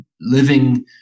living